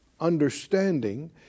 understanding